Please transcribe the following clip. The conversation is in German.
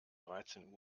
dreizehn